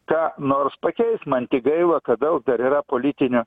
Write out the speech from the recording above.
ką nors pakeis man tik gaila kad daug dar yra politinių